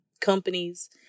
companies